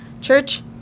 church